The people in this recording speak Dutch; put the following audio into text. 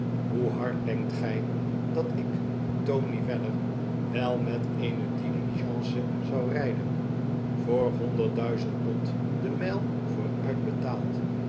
hoe hard denkt gij dat ik tony weller v wel met eene diligence zou rijden voor honderdduizend pond de mijl vooruit betaald